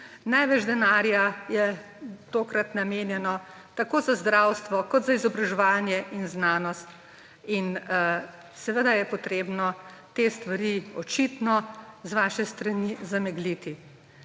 Največ denarja je tokrat namenjeno tako za zdravstvo kot za izobraževanje in znanost. In seveda je treba te stvari očitno z vaše strani zamegliti.